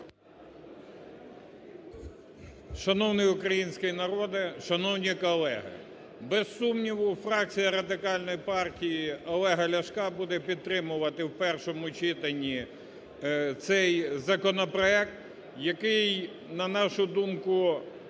Шановний український народе! Шановні колеги! Без сумніву, фракція Радикальної партії Олега Ляшка буде підтримувати в першому читанні цей законопроект, який, на нашу думку,